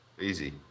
easy